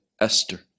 Esther